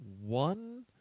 one